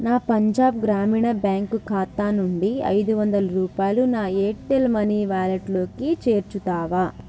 నా పంజాబ్ గ్రామీణ బ్యాంక్ ఖాతా నుండి ఐదు వందల రూపాయలు నా ఎయిర్టెల్ మనీ వాలెట్లోకి చేర్చుతావా